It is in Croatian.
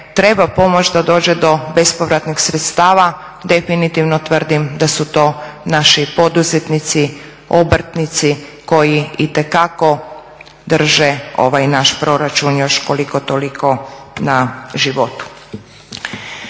nekome pomoć da dođe do bespovratnih sredstava definitivno tvrdim da su to naši poduzetnici, obrtnici koji itekako drže ovaj naš proračun još koliko toliko na životu.